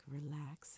relax